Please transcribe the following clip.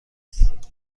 هستید